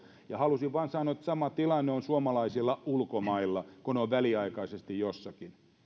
halusin vain sanoa että sama tilanne on suomalaisilla ulkomailla kun he ovat väliaikaisesti jossakin niin